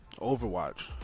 Overwatch